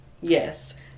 Yes